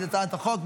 הצעת החוק.